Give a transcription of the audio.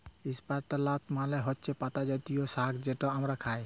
ইস্পিলাচ মালে হছে পাতা জাতীয় সাগ্ যেট আমরা খাই